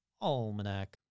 Almanac